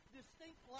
distinct